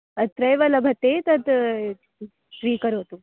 अत्रैव लभते तद् स्वीकरोतु